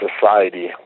society